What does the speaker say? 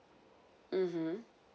mmhmm